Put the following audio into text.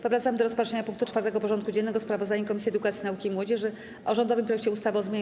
Powracamy do rozpatrzenia punktu 4. porządku dziennego: Sprawozdanie Komisji Edukacji, Nauki i Młodzieży o rządowym projekcie ustawy o zmianie